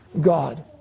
God